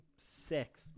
six